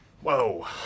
Whoa